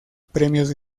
premios